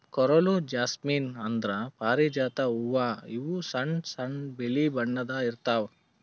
coral jasmine ಅಂದ್ರ ಪಾರಿಜಾತ ಹೂವಾ ಇವು ಸಣ್ಣ್ ಸಣ್ಣು ಬಿಳಿ ಬಣ್ಣದ್ ಇರ್ತವ್